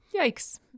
Yikes